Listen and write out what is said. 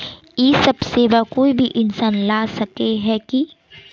इ सब सेवा कोई भी इंसान ला सके है की?